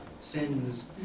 sins